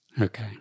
Okay